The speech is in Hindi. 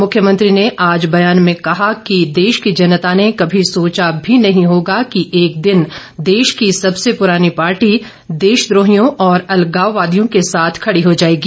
मुख्यमंत्री ने आज बयान में कहा कि देश की जनता ने कभी सोचा भी नहीं होगा कि एक दिन देश की संबसे पुरानी पार्टी देशद्रोहियों और अलगावादियों से साथ खड़ी हो जाएगी